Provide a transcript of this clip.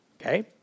Okay